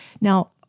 Now